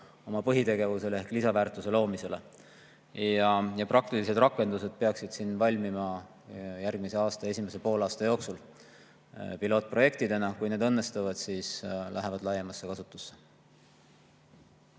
oma põhitegevusele ehk lisaväärtuse loomisele. Praktilised rakendused peaksid siin valmima järgmise aasta esimese poolaasta jooksul pilootprojektidena. Kui need õnnestuvad, siis lähevad need laiemasse kasutusse.